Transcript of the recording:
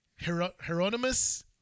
Hieronymus